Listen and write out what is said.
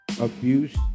abuse